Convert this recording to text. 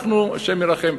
אנחנו, השם ירחם,